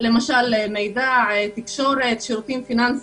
שדווקא בתקופה הזו,